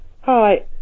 Hi